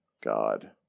god